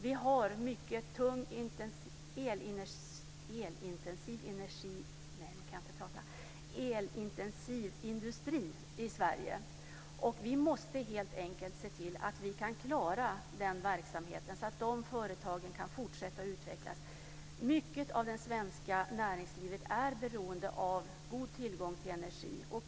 Vi har en mycket tung elintensiv industri i Sverige. Vi måste helt enkelt se till att vi kan klara den verksamheten så att företagen kan fortsätta att utvecklas. Mycket av det svenska näringslivet är beroende av god tillgång till energi.